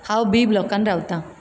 हांव बी ब्लॉकांत रावता